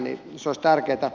se olisi tärkeätä